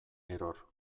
eror